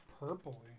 Purpley